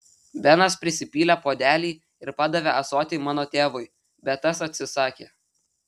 benas prisipylė puodelį ir padavė ąsotį mano tėvui bet tas atsisakė